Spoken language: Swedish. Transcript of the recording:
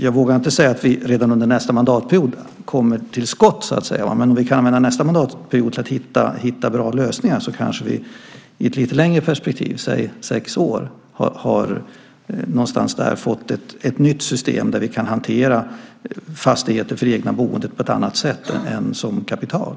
Jag vågar inte säga att vi redan under nästa mandatperiod kommer till skott, men om vi kan använda nästa mandatperiod till att hitta bra lösningar, kanske vi i ett lite längre perspektiv, låt oss säga sex år, har fått ett nytt system där vi kan hantera fastigheter för det egna boendet på ett annat sätt än som kapital.